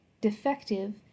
defective